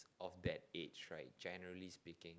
of that age right generally speaking